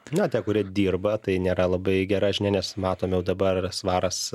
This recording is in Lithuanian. na tie kurie dirba tai nėra labai gera žinia nes matome dabar svaras